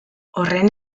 horren